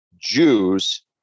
Jews